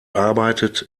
arbeitet